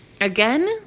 Again